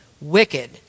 wicked